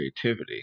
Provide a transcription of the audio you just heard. creativity